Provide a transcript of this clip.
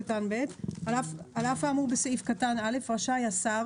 על אף האמור בסעיף קטן (א), רשאי השר